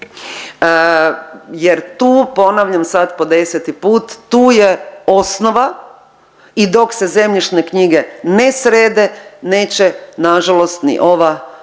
jer tu ponavljam sad po 10 put tu je osnova i dok se zemljišne knjige ne srede neće nažalost ni ova